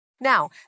Now